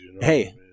Hey